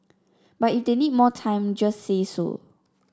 but if they need more time just say so